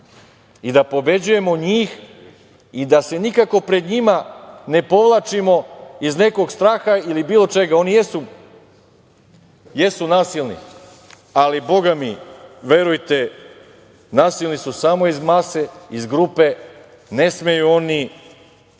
i da pobeđujemo njih i da se nikako pred njima ne povlačimo iz nekog straha ili bilo čega. Oni jesu nasilni, ali bogami, verujte, nasilni su samo iz mase, iz grupe, ne smeju oni